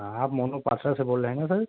ہاں آپ مونو پاسر سے بول رہے ہیں سر